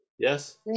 Yes